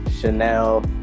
Chanel